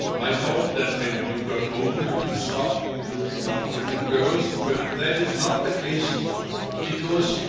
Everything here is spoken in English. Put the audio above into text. i thought that when you got older you will stop looking after the girls, but that is not the case because